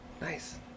Nice